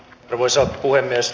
arvoisa puhemies